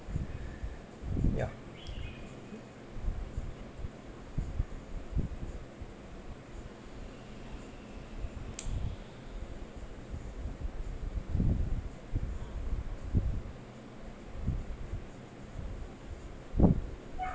ya